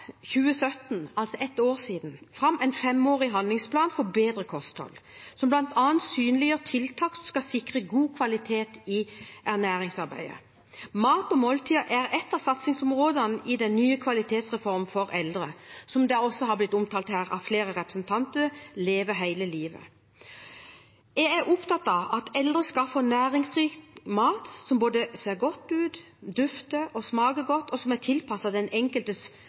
2017 – altså for et år siden – fram en femårig handlingsplan for bedre kosthold som bl.a. synliggjør tiltak som skal sikre god kvalitet i ernæringsarbeidet. Mat og måltider er et av satsingsområdene i den nye kvalitetsreformen for eldre, Leve hele livet, som også har blitt omtalt her av flere representanter. Jeg er opptatt av at eldre skal få næringsrik mat som både ser god ut, dufter og smaker godt, og som ikke minst er tilpasset den enkeltes